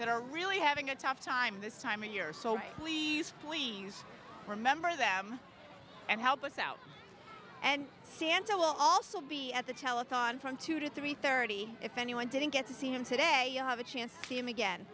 that are really having a tough time this time of year so please please remember them and help us out and santa will also be at the telethon from two to three thirty if anyone didn't get to see him today have a chance to see him again